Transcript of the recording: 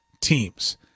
teams